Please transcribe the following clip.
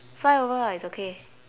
fly over ah it's okay